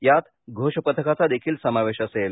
यात घोषपथकाचादेखील समावेश असेल